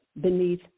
beneath